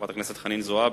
חברת הכנסת חנין זועבי,